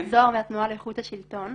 זהר מהתנועה לאיכות השלטון.